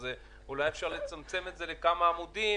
אז אולי אפשר לצמצם את זה לכמה עמודים.